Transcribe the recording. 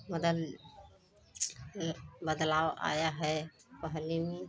बदल बदलाव आया है पहले में